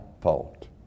fault